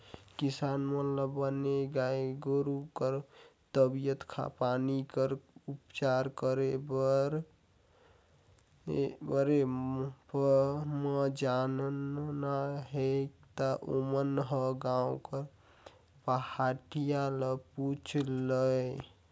किसान मन ल बने गाय गोरु कर तबीयत पानी कर उपचार करे कर बारे म जानना हे ता ओमन ह गांव कर पहाटिया ल पूछ लय